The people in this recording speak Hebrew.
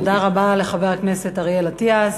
תודה רבה לחבר הכנסת אריאל אטיאס.